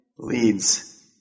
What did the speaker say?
leads